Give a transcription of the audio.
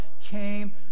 came